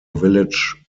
village